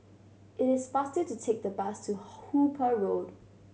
it is faster to take the bus to Hooper Road